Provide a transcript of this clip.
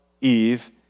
Eve